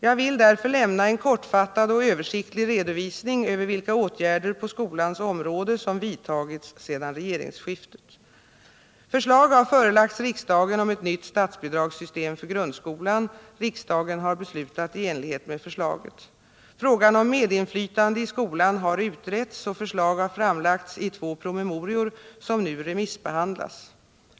Jag vill därför lämna en kortfattad och översiktlig redovisning över vilka åtgärder på skolans område som vidtagits sedan regeringsskiftet. Förslag har förelagts riksdagen om ett nytt statsbidragssystem för grundskolan. Riksdagen har beslutat i enlighet med förslaget. Frågan om medinflytande i skolan har utretts, och förslag har framlagts i två promemorior som nu remissbehandlas.